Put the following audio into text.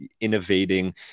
innovating